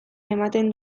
ematen